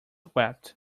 wet